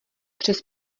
přes